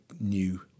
new